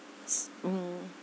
s~ mm